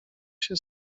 się